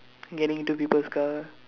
getting into people's car